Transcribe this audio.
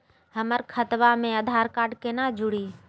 हमर खतवा मे आधार कार्ड केना जुड़ी?